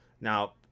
Now